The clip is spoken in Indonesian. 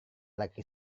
laki